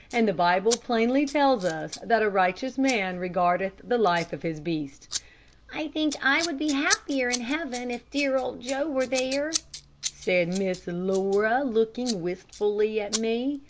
and the bible plainly tells us that a righteous man regardeth the life of his beast i think i would be happier in heaven if dear old joe were there, said miss laura, looking wistfully at me.